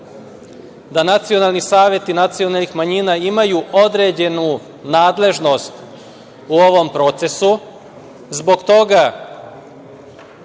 da nacionalni saveti nacionalnih manjina imaju određenu nadležnost u ovom procesu zbog toga